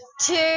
two